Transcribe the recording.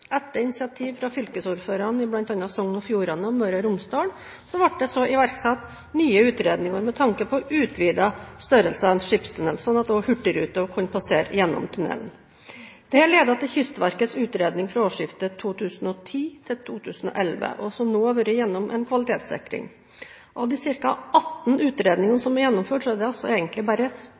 Etter initiativ fra fylkesordførerne i bl.a. Sogn og Fjordane og Møre og Romsdal ble det så iverksatt nye utredninger med tanke på utvidet størrelse av en skipstunnel, slik at også hurtigruta kunne passere gjennom tunnelen. Dette ledet til Kystverkets utredning fra årsskiftet 2010/2011, som nå har vært igjennom en kvalitetssikring. Av de ca. 18 utredningene som er gjennomført, er det altså egentlig